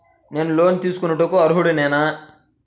నేను లోన్ తీసుకొనుటకు అర్హుడనేన?